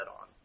on